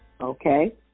Okay